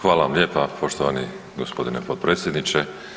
Hvala vam lijepa poštovani g. potpredsjedniče.